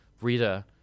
Rita